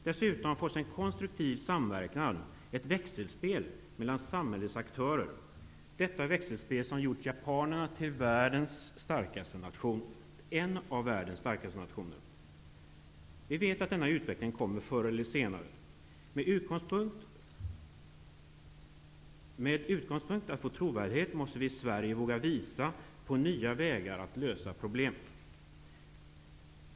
Dessutom fås en konstruktiv samverkan, ett växelspel, mellan samhällets aktörer -- ett sådant växelspel som gjort Japan till en av världens starkaste nationer. Vi vet att denna utveckling kommer förr eller senare. Med utgångspunkt i att få trovärdighet måste vi i Sverige våga visa på nya vägar att lösa problem.